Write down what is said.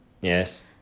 Yes